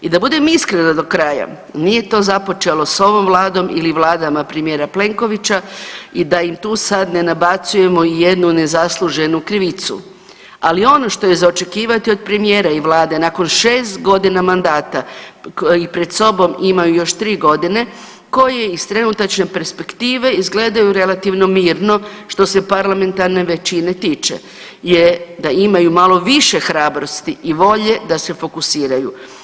I da budem iskrena do kraja, nije to započelo s ovom vladom ili vladama premijera Plenkovića i da im tu sad ne nabacujemo jednu nezasluženu krivicu, ali ono što je za očekivati od premijera i vlade nakon 6.g. mandata koji pred sobom imaju još 3.g. koji iz trenutačne perspektive izgledaju relativno mirno što se parlamentarne većine tiče je da imaju malo više hrabrosti i volje da se fokusiraju.